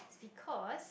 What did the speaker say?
because